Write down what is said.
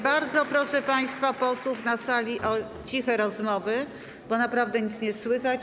Bardzo proszę państwa posłów na sali o ciche rozmowy, bo naprawdę nic nie słychać.